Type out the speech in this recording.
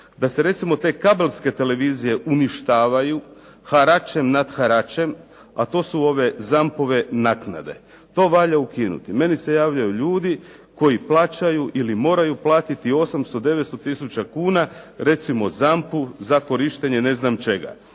da se recimo te kabelske televizije uništavaju, haračem nad haračem a to su ove ZAMP-ove naknade. To valja ukinuti. Meni se javljaju ljudi koji plaćaju ili moraju plati 800, 900 tisuća kuna, recimo ZAMP-u za korištenje ne znam čega.